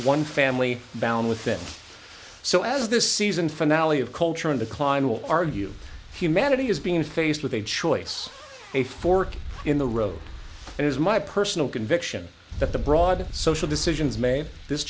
one family found within so as the season finale of culture in decline will argue humanity is being faced with a choice a fork in the road it is my personal conviction that the broader social decisions made this